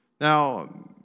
Now